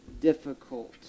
difficult